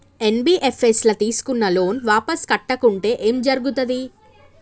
NBFS ల తీస్కున్న loan వాపస్ కట్టకుంటే ఏం జర్గుతది?